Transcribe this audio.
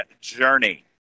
journey